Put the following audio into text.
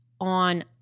on